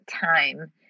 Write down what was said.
time